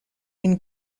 une